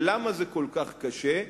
למה זה כל כך קשה?